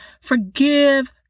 Forgive